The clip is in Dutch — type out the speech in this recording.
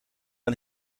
aan